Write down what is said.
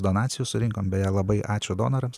donacijų surinkom beje labai ačiū donorams